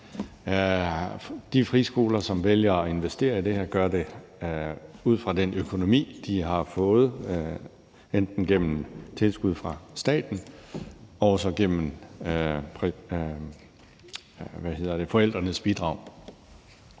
De friskoler, som vælger at investere i det her, gør det ud fra den økonomi, de har fået, altså gennem tilskud fra staten og så gennem forældrenes bidrag.